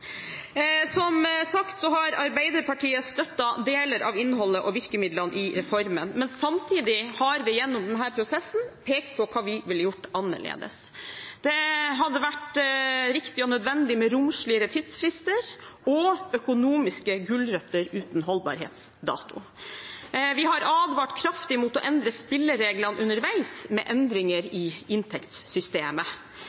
Som sagt har Arbeiderpartiet støttet deler av innholdet og virkemidlene i reformen. Men samtidig har vi gjennom denne prosessen pekt på hva vi ville gjort annerledes. Det hadde vært riktig og nødvendig med romsligere tidsfrister og økonomiske gulrøtter uten holdbarhetsdato. Vi har advart kraftig mot å endre spillereglene underveis med endringer